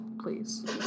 please